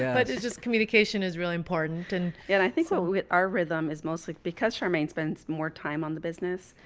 but it's just communication is really important. and, yeah and i think so our rhythm is mostly because charmaine spends more time on the business.